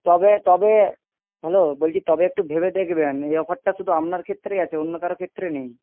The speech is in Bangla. তবে তবে হ্যালো বলছি তবে একটু ভেবে দেখবেন এই অফারটা শুধু আপনার ক্ষেত্রেই আছে অন্য কারো ক্ষেত্রে নেই